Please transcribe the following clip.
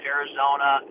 Arizona